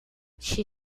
she